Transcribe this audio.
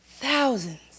thousands